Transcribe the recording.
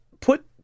Put